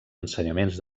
ensenyaments